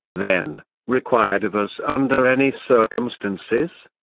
then, required of us under any circumstances?